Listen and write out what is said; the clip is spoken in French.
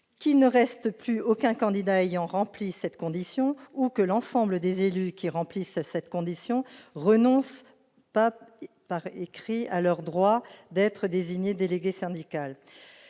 qu'il ne reste plus aucun candidat ayant rempli cette condition ou que tous les élus qui remplissent cette condition renoncent par écrit à leur droit d'être désigné, le délégué syndical